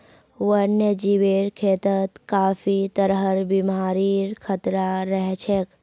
वन्यजीवेर खेतत काफी तरहर बीमारिर खतरा रह छेक